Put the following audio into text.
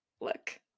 Look